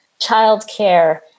childcare